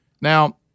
Now